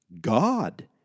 God